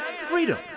freedom